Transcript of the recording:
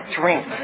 drink